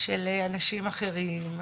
של אנשים אחרים.